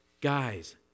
guys